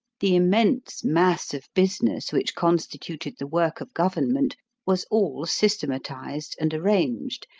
the immense mass of business which constituted the work of government was all systematized and arranged,